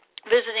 Visiting